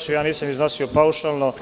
Gospodine Babiću, nisam iznosio paušalno